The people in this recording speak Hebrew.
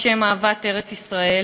בשם אהבת ארץ-ישראל".